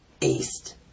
East